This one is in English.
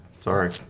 Sorry